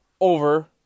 over